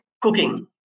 cooking